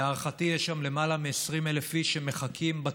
להערכתי, יש שם למעלה מ-20,000 איש שמחכים בתור.